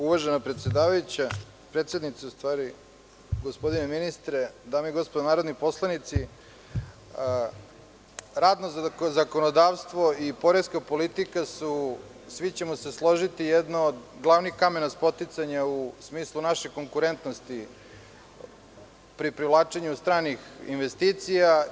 Uvažena predsednica, gospodine ministre, dame i gospodo narodni poslanici, radno zakonodavstvo i poreska politika su, svi ćemo se složiti, glavni kamen spoticanja u smislu naše konkurentnosti pri privlačenju stranih investicija.